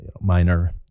minor